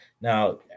Now